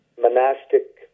monastic